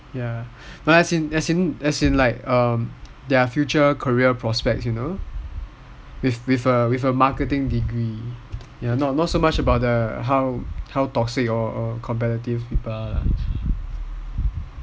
as in their future career prospects you know with a marketing degree not so much about how toxic or competitive people are